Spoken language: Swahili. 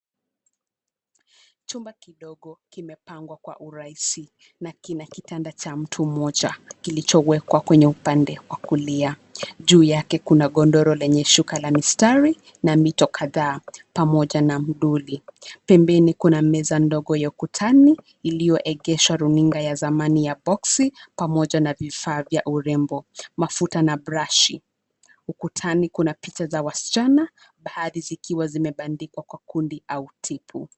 Chumba kidogo kimepangwa kwa urahisi na kina kitanda cha mtu mmoja kilichowekwa kwenye upande wa kulia. Juu yake kuna godoro lenye shuka la mistari na mito kadhaa pamoja na mdoli. Pembeni kuna meza ndogo ya ukutani iliyoegeshwa runinga ya zamani ya boksi, pamoja na vifaa vya urembo, mafuta na brashi. Ukutani kuna picha za wasichana, baadhi zikiwa zimebandikwa kwa gundi au tipu.